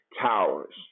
towers